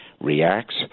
reacts